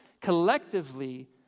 collectively